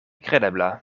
kredebla